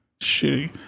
shitty